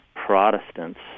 Protestants